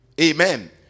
Amen